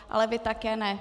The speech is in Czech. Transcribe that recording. Ale vy také ne.